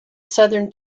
southern